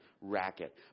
racket